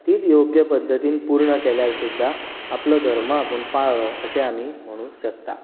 तींच योग्य पद्धतीन पूर्ण केल्यार सुद्धा आपलो धर्म आपूण पाळळो अशें आमी म्हणूंक शकतात